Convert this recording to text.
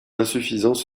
insuffisances